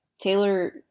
Taylor